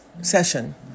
session